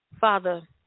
Father